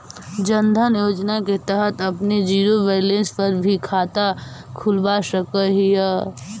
जन धन योजना के तहत आपने जीरो बैलेंस पर भी खाता खुलवा सकऽ हिअ